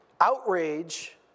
Outrage